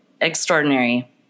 extraordinary